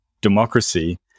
democracy